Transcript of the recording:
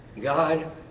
God